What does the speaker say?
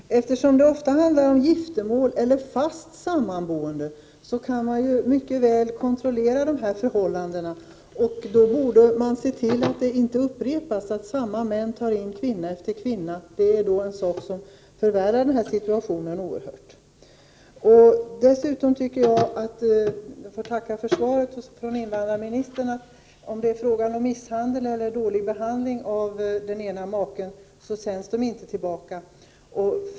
Herr talman! Efersom det ofta handlar om giftermål eller annat fast samboende, kan man mycket väl kontrollera dessa förhållanden. Man borde på så sätt kunna se till att det inte upprepas att vissa män tar in kvinna efter kvinna. Detta är ett faktum som förvärrar den här situationen oerhört. Jag tackar för den passus i invandrarministerns svar där han säger att i de fall det förekommer misshandel eller dålig behandling av den ene maken så skall denne inte sändas tillbaka.